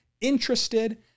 interested